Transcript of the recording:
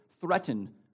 threaten